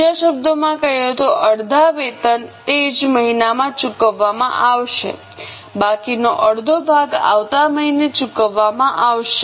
બીજા શબ્દોમાં કહીએ તો અડધા વેતન તે જ મહિનામાં ચૂકવવામાં આવશે બાકીનો અડધો ભાગ આવતા મહિને ચૂકવવામાં આવશે